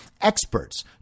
Experts